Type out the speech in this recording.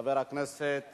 חברי הכנסת